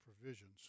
provisions